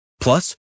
Plus